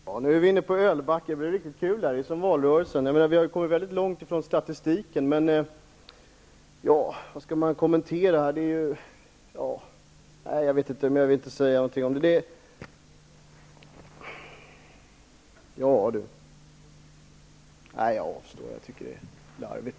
Herr talman! Ja, nu är vi inne på ölbackar, och det börjar bli riktigt kul -- det är som i valrörelsen. Vi har kommit väldigt långt från statistiken. Vad skall man kommentera? Jag vet inte om jag vill säga någonting om det. Nej, jag avstår -- jag tycker att det är larvigt.